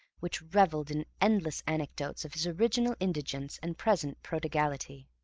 which revelled in endless anecdotes of his original indigence and present prodigality,